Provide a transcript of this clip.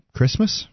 Christmas